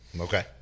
Okay